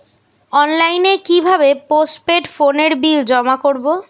অনলাইনে কি ভাবে পোস্টপেড ফোনের বিল জমা করব?